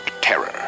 terror